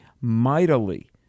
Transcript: mightily